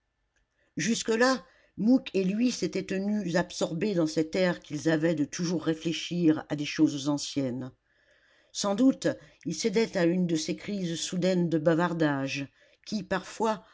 jusque-là mouque et lui s'étaient tenus absorbés dans cet air qu'ils avaient de toujours réfléchir à des choses anciennes sans doute il cédait à une de ces crises soudaines de bavardage qui parfois